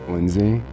Lindsay